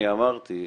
אני אמרתי,